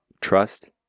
Trust